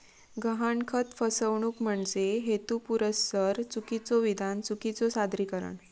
गहाणखत फसवणूक म्हणजे हेतुपुरस्सर चुकीचो विधान, चुकीचो सादरीकरण